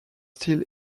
still